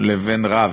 לבין רב,